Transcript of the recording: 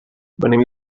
venim